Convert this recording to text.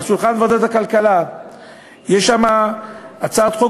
על שולחן ועדת הכלכלה יש הצעת חוק